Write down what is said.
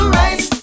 rise